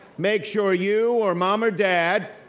make sure you, or mom or dad,